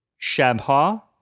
Shabha